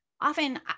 often